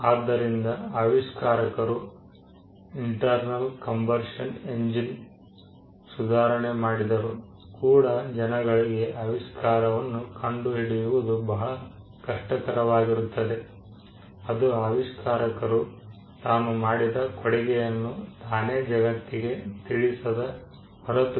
ಆದ್ದರಿಂದ ಆವಿಷ್ಕಾರಕರು internal combustion engine ಸುಧಾರಣೆ ಮಾಡಿದ್ದರು ಕೂಡ ಜನಗಳಿಗೆ ಆವಿಷ್ಕಾರವನ್ನು ಕಂಡು ಹಿಡಿಯುವುದು ಬಹಳ ಕಷ್ಟಕರವಾಗಿರುತ್ತದೆ ಅದು ಆವಿಷ್ಕಾರಕರು ತಾನು ಮಾಡಿದ ಕೊಡುಗೆಯನ್ನು ತಾನೇ ಜಗತ್ತಿಗೆ ತಿಳಿಸದ ಹೊರತು